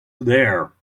there